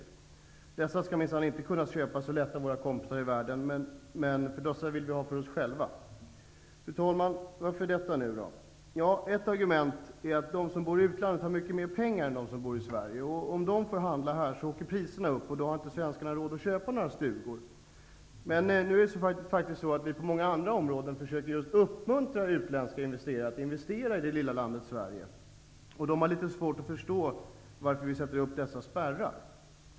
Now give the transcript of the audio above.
Dessa skall minsann inte kunna köpas så lätt av våra kompisar i världen, för dem vill vi ha för oss själva. Fru talman! Varför detta? Ett argument är att de som bor i utlandet har mycket mer pengar än de som bor i Sverige, och om de får handla här åker priserna upp. Då har svenskarna inte råd att köpa några stugor. Men på många andra områden försöker vi uppmuntra till utländska investeringar i det lilla landet Sverige. Då är det svårt att förstå varför vi sätter upp dessa spärrar.